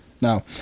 now